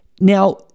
Now